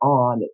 on